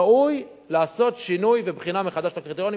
ראוי לעשות שינוי ובחינה מחדש של הקריטריונים,